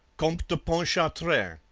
comte de pontchartrain.